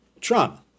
trauma